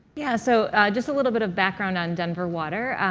yeah, so just a little bit of background on denver water.